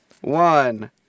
one